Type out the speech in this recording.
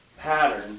pattern